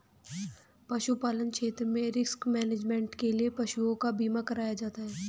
पशुपालन क्षेत्र में रिस्क मैनेजमेंट के लिए पशुओं का बीमा कराया जाता है